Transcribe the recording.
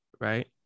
right